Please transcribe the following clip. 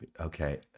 Okay